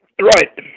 Right